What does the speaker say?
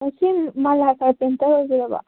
ꯑꯣ ꯁꯤ ꯃꯂꯥ ꯀꯥꯔꯄꯦꯟꯇꯔ ꯑꯣꯏꯕꯤꯔꯕꯣ